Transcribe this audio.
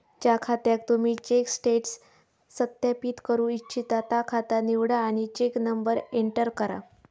ज्या खात्याक तुम्ही चेक स्टेटस सत्यापित करू इच्छिता ता खाता निवडा आणि चेक नंबर एंटर करा